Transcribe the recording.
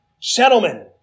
Gentlemen